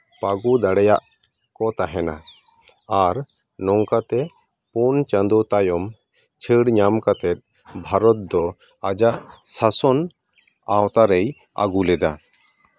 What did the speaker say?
ᱯᱟᱜᱩ ᱫᱟᱲᱮᱭᱟᱜ ᱠᱚ ᱛᱟᱦᱮᱱᱟ ᱟᱨ ᱱᱚᱝᱠᱟ ᱛᱮ ᱯᱩᱱ ᱪᱟᱸᱫᱚ ᱛᱟᱭᱚᱢ ᱪᱷᱟᱹᱲ ᱧᱟᱢ ᱠᱟᱛᱮ ᱵᱷᱟᱨᱚᱛ ᱫᱚ ᱟᱡᱟᱜ ᱥᱟᱥᱚᱱ ᱟᱣᱛᱟ ᱨᱮᱭ ᱟᱜᱩ ᱞᱮᱫᱟ